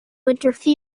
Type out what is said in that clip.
interfere